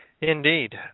Indeed